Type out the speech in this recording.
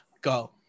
Go